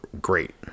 great